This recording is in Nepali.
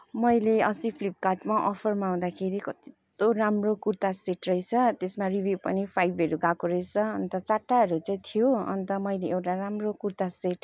मैले अस्ति फ्लिपकार्टमा अफरमा आउँदाखेरि कस्तो राम्रो कुर्ता सेट रहेछ त्यसमा रिभ्यू पनि फाइभहरू गएको रहेछ अन्त चारवटाहरू चाहिँ थियो अन्त मैले एउटा राम्रो कुर्ता सेट